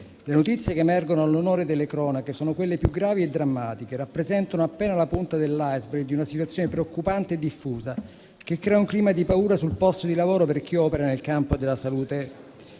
Le notizie che emergono all'onore delle cronache sono quelle più gravi e drammatiche e rappresentano appena la punta dell'*iceberg* di una situazione preoccupante e diffusa che crea un clima di paura sul posto di lavoro per chi opera nel campo della salute.